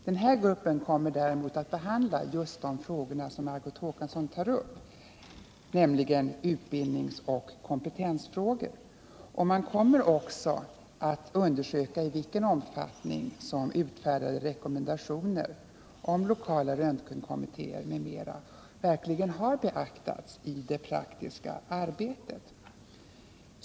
Denna grupp kommer däremot att behandla just de frågor som Margot Håkansson tar upp, nämligen utbildningsoch kompetensfrågorna. Man kommer också att undersöka i vilken omfattning som utfärdade rekommendationer beträffande lokala röntgenkommittéer m.m. verkligen har beaktats i det praktiska arbetet.